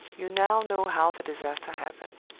you now know how the disaster happened.